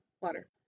Water